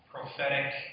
prophetic